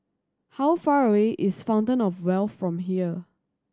how far away is Fountain Of Wealth from here